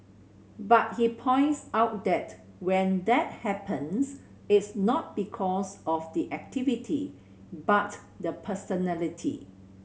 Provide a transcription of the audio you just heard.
but he points out that when that happens it's not because of the activity but the personality